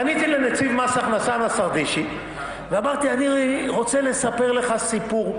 פניתי לנציב מס ההכנסה נסרדישי ואמרתי לו: אני רוצה לספר לך סיפור,